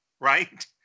right